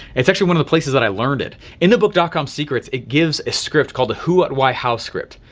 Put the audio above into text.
it's actually one of the places that i learned it. in the book dotcom secrets, it gives a script called the who what why how script.